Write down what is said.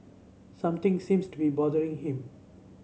something seems to be bothering him